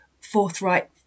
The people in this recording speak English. forthright